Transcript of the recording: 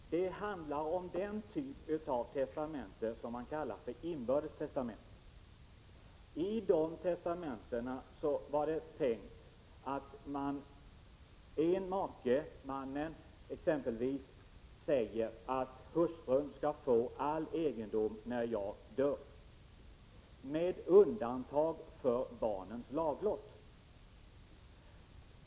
Fru talman! Det handlar om den typ av testamente som kallas för inbördes testamente. I den typen av testamente var det tänkt att mannen exempelvis skulle säga att hustrun skall få all egendom när han dör, med undantag för barnens laglott.